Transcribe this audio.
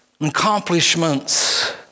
accomplishments